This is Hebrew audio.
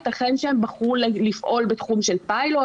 ייתכן שהן בחרו לפעול בתחום של פיילוט.